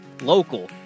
local